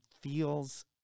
feels